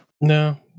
no